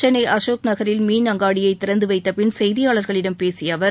சென்னை அசோக்நகரில் மீன் அங்காடியை திறந்துவைத்த பின் செய்தியாளர்களிடம் பேசிய அவர்